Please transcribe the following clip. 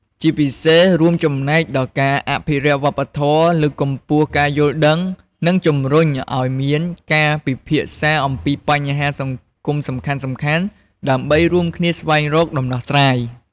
ជាពិសេសរួមចំណែកដល់ការអភិរក្សវប្បធម៌ លើកកម្ពស់ការយល់ដឹង និងជំរុញឱ្យមានការពិភាក្សាអំពីបញ្ហាសង្គមសំខាន់ៗ ដើម្បីរួមគ្នាស្វែងរកដំណោះស្រាយ។